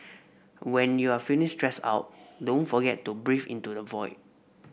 when you are feeling stressed out don't forget to breathe into the void